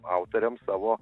autoriam savo